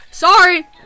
SORRY